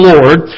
Lord